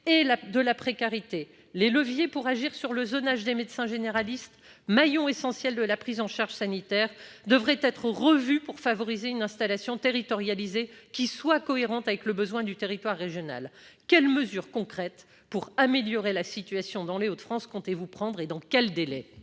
et de la précarité, les leviers pour agir sur le zonage des médecins généralistes, maillons essentiels de la prise en charge sanitaire, devraient être revus pour favoriser une installation territorialisée cohérente avec le besoin du territoire régional. Quelles mesures concrètes envisagez-vous de prendre pour améliorer la situation dans les Hauts-de-France, et dans quels délais ?